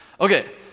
Okay